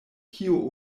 kio